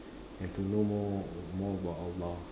and to know more more about Allah